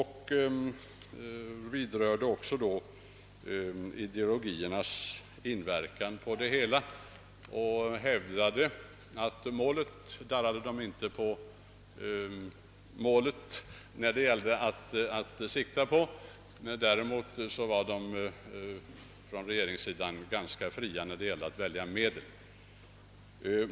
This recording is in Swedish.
Han talade om ideologiernas inverkan och förklarade, att socialdemokraterna inte tvekade när det gällde målet men var ganska fria när det gällde att välja medel.